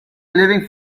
living